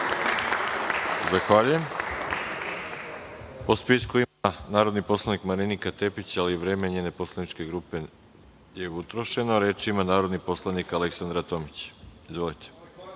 Zahvaljujem. Reč ima narodni poslanik Marinika Tepić, ali vreme njene poslaničke grupe je potrošeno. Reč ima narodni poslanik Aleksandra Tomić. Izvolite.